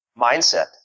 mindset